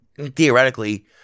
theoretically